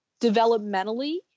developmentally